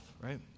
right